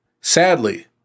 Sadly